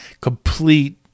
complete